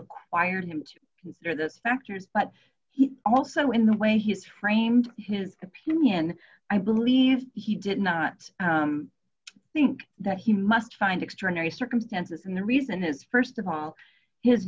required him to consider that factors but he also in the way he's framed his opinion i believe he did not think that he must find extraordinary circumstances and the reason is st of all his